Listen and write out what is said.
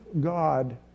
God